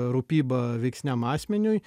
rūpyba veiksniam asmeniui